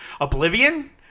Oblivion